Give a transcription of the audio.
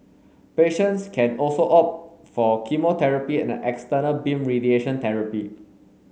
patients can also opt for chemotherapy and external beam radiation therapy